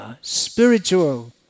spiritual